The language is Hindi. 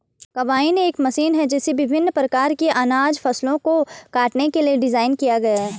कंबाइन एक मशीन है जिसे विभिन्न प्रकार की अनाज फसलों को काटने के लिए डिज़ाइन किया गया है